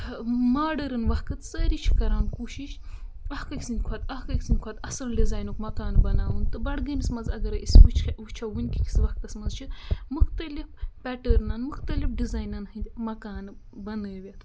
modern وَقت سٲری چھِ کَران کوٗشِش اَکھ أکۍ سٕنٛدِ کھۄتہٕ اَکھ أکۍ سٕنٛدۍ کھۄتہٕ اَصٕل ڈِزاینُک مَکان بَناوُن تہٕ بَڈگٲمِس منٛز اَگَرَے أسۍ وٕچھ وٕچھو وٕنۍکِکِس وقتَس منٛز چھِ مُختلِف پٮ۪ٹٲرنَن مُختلِف ڈِزاینَن ہٕنٛدۍ مکانہٕ بَنٲوِتھ